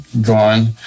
gone